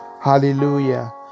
Hallelujah